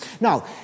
Now